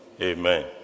Amen